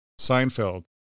Seinfeld